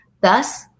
Thus